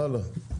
הלאה.